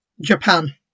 Japan